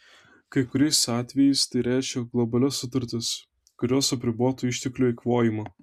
kai kuriais atvejais tai reiškia globalias sutartis kurios apribotų išteklių eikvojimą